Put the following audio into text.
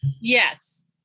Yes